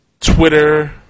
Twitter